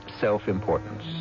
self-importance